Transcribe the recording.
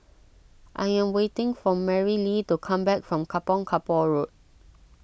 I am waiting for Marilee to come back from Kampong Kapor Road